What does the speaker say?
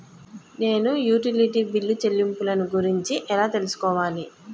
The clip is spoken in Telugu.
నేను యుటిలిటీ బిల్లు చెల్లింపులను గురించి ఎలా తెలుసుకోవాలి?